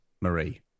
Marie